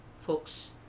folks